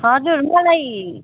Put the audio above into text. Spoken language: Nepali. हजुर मलाई